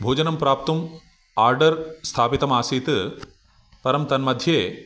भोजनं प्राप्तुं आर्डर् स्थापितमासीत् परं तन्मध्ये